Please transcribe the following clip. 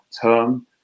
term